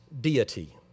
deity